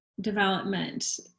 development